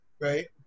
right